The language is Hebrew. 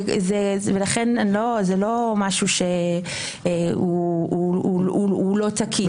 זה לא משהו שהוא לא תקין.